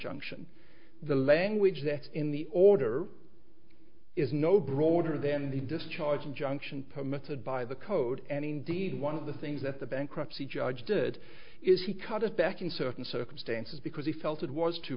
injunction the language there in the order is no broader than the discharge injunction permitted by the code and indeed one of the things that the bankruptcy judge did is he cut it back in certain circumstances because he felt it was too